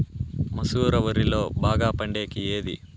మసూర వరిలో బాగా పండేకి ఏది?